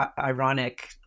ironic